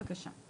בבקשה.